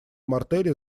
мартелли